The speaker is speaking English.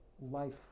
life